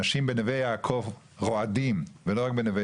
אנשים בנווה יעקב רועדים, ולא רק שם,